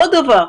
עוד דבר.